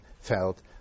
felt